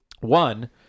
One